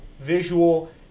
visual